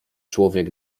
człowiek